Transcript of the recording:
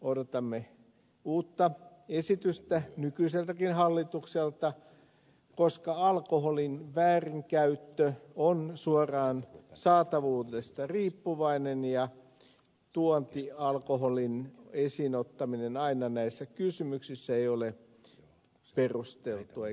odotamme uutta esitystä nykyiseltäkin hallitukselta koska alkoholin väärinkäyttö on suoraan saatavuudesta riippuvainen ja tuontialkoholin esiin ottaminen aina näissä kysymyksissä ei ole perusteltua eikä validia